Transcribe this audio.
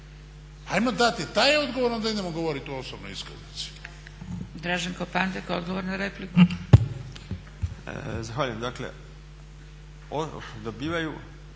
Ajmo dati taj odgovor a onda idemo govoriti o osobnoj iskaznici.